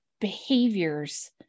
behaviors